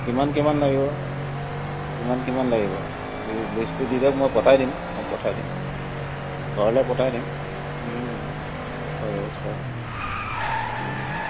কিমান কিমান লাগিব কিমান কিমান লাগিব এই লিষ্টটো দি যাওক মই পঠাই দিম মই পঠাই দিম ঘৰলে পঠাই দিম পঠোৱাৰ ব্যৱস্থা আছে